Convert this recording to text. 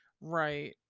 Right